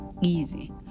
easy